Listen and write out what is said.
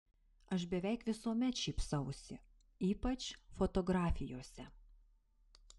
aš beveik visuomet šypsausi ypač fotografijose